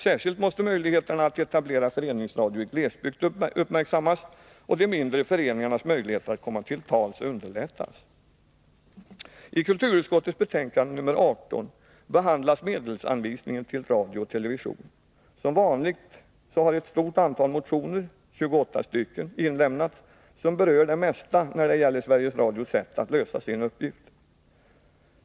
Särskilt måste möjligheterna att etablera föreningsradio i glesbygd uppmärksammas och de mindre föreningarnas möjligheter att komma till tals underlättas. I kulturutskottets betänkande nr 18 behandlas medelsanvisningen till radio och television. Som vanligt har inlämnats ett stort antal motioner — 28 stycken — som berör det mesta när det gäller Sveriges Radios sätt att lösa sin uppgift.